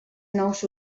nous